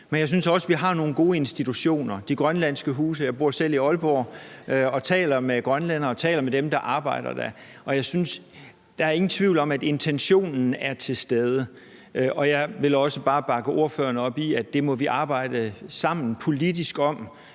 Jeg synes også, at vi har nogle gode institutioner. Vi har de grønlandske huse. Jeg bor selv i Aalborg og taler med grønlændere og med dem, der arbejder der, og der er ingen tvivl om, at intentionen er til stede. Jeg vil også bare bakke ordføreren op i, at vi må arbejde sammen politisk om